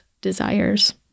desires